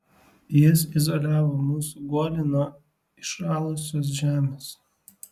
jis izoliavo mūsų guolį nuo įšalusios žemės